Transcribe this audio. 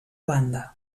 banda